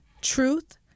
truth